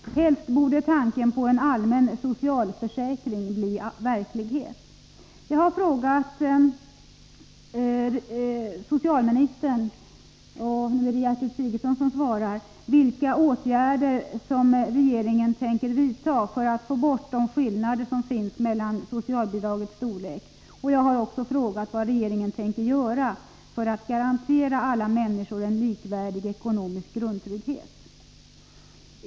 Helst borde tanken på en allmän socialförsäkring bli verklighet. Jag har frågat socialministern — och nu är det Gertrud Sigurdsen som svarar — vilka åtgärder som regeringen tänker vidta för att få bort de skillnader som finns mellan socialbidragens storlek. Jag har också frågat vad regeringen tänker göra för att garantera alla människor en likvärdig ekonomisk grundtrygghet.